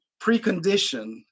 precondition